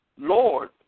Lord